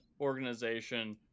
organization